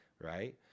right